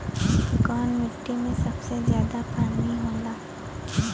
कौन मिट्टी मे सबसे ज्यादा पानी होला?